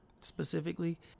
specifically